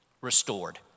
restored